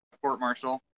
court-martial